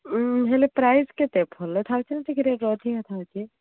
ହେଲେ ପ୍ରାଇସ୍ କେତେ ଭଲ ଥାଉଛି ନା ଟିକେ ରେଟ୍ ଅଧିକା ଥାଉଛି